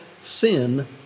Sin